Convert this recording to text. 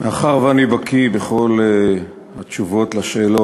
מאחר שאני בקי בכל התשובות על השאלות,